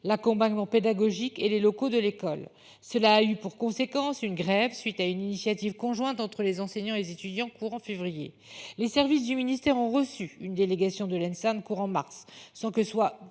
l'accompagnement pédagogique et les locaux de l'école. Cela a eu pour conséquence une grève suite à une initiative conjointe entre les enseignants et les étudiants courant février. Les services du ministère ont reçu une délégation de l'Ensam courant mars, sans que soit